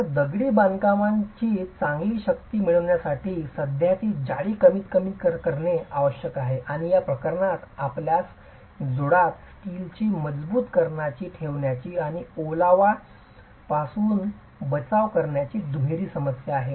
तर दगडी बांधकामांची चांगली शक्ती मिळविण्यासाठी सांध्याची जाडी कमीतकमी कमी करणे आवश्यक आहे आणि या प्रकरणात आपल्यास जोडात स्टीलची मजबुतीकरण ठेवण्याची आणि ओलावा पासून बचाव करण्याची दुहेरी समस्या आहे